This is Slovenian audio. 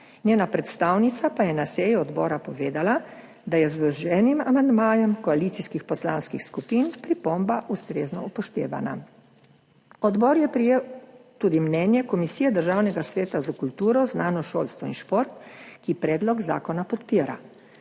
njena predstavnica pa je na seji odbora povedala, da je z vloženim amandmajem koalicijskih poslanskih skupin pripomba ustrezno upoštevana. Odbor je prejel tudi mnenje Komisije Državnega sveta za kulturo, znanost, šolstvo in šport, ki predlog zakona podpira.